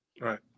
Right